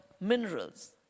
minerals